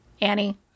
Annie